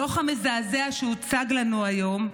הדוח המזעזע שהוצג לנו היום,